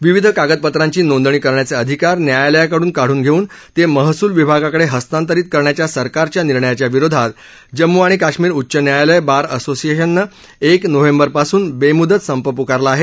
विविध कागदपत्रांची नोंदणी करण्याचे अधिकार न्यायालयाकडून काढून घेऊन ते महसूल विभागाकडे हस्तांतरित करण्याच्या सरकारच्या निर्णयाच्या विरोधात जम्मू आणि काश्मीर उच्च न्यायालय बार असोसिएशनने एक नोव्हेंबरपासून बेम्दत संप प्कारला आहे